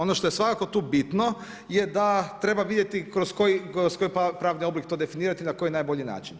Ono što je svakako tu bitno je da treba vidjeti kroz pravni oblik to definirati, na koji najbolji način.